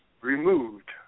removed